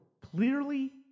clearly